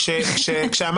משהו שלא